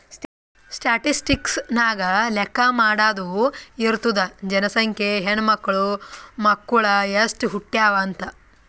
statistics ನಾಗ್ ಲೆಕ್ಕಾ ಮಾಡಾದು ಇರ್ತುದ್ ಜನಸಂಖ್ಯೆ, ಹೆಣ್ಮಕ್ಳು, ಮಕ್ಕುಳ್ ಎಸ್ಟ್ ಹುಟ್ಯಾವ್ ಅಂತ್